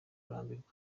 kurambirwa